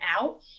out